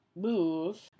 move